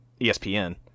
ESPN